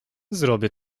zrobię